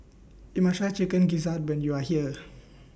YOU must Try Chicken Gizzard when YOU Are here